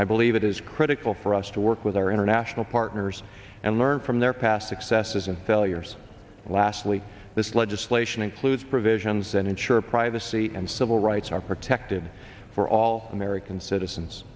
i believe it is critical for us to work with our international partners and learn from their past successes and failures lastly this legislation includes provisions and ensure privacy and civil rights are protected for all american citizens